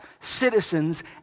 citizens